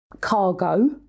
cargo